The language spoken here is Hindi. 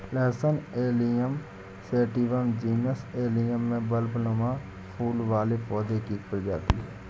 लहसुन एलियम सैटिवम जीनस एलियम में बल्बनुमा फूल वाले पौधे की एक प्रजाति है